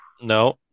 no